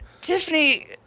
tiffany